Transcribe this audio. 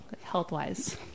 health-wise